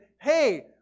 hey